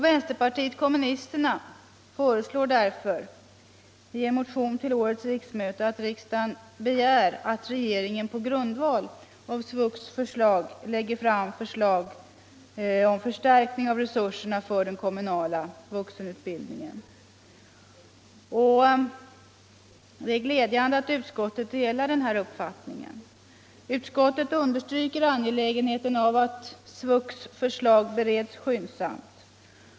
Vänsterpartiet kommunisterna föreslår därför i en motion till årets riksmöte att riksdagen begär att regeringen på grundval av SVUX förslag lägger fram förslag om förstärkning av resurserna för den kommunala vuxenutbildningen. Det är glädjande att utskottet delar denna uppfattning. Utskottet understryker angelägenheten av att SVUX förslag bereds skyndsamt.